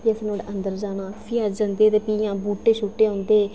जिसलै अंदर जाना फ्ही अस जंदे ते बूह्टे छूह्दे औंदे